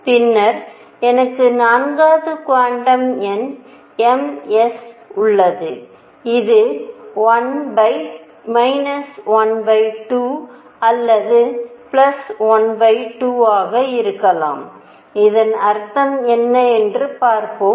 பின்னர் எனக்கு 4 வது குவாண்டம் எண் m s உள்ளது இது 12 அல்லது 12 ஆக இருக்கலாம் இதன் அர்த்தம் என்ன என்று பார்ப்போம்